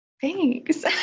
Thanks